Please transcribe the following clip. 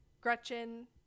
Gretchen